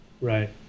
Right